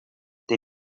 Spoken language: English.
the